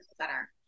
center